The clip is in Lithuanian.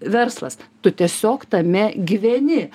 verslas tu tiesiog tame gyveni